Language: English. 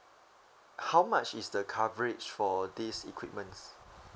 how much is the coverage for these equipments